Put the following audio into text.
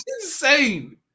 Insane